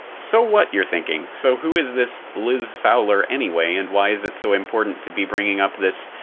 so what? you're thinking. so who is this liz fowler anyway, and why is it so important to be bringing up this,